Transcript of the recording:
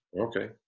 Okay